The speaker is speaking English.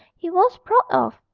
he was proud of,